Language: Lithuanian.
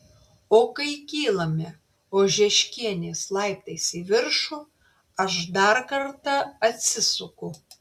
o kai kylame ožeškienės laiptais į viršų aš dar kartą atsisuku